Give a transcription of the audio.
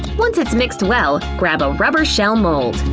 once it's mixed well, grab a rubber shell mold.